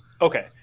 Okay